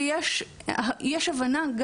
שיש הבנה,